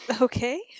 okay